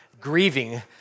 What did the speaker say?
grieving